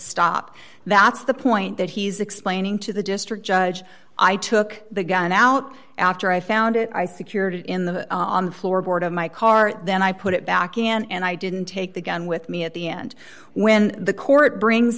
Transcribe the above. stop that's the point that he's explaining to the district judge i took the gun out after i found it i secured in the floorboard of my car then i put it back in and i didn't take the gun with me at the end when the court brings